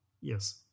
Yes